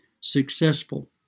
successful